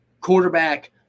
quarterback